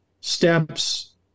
steps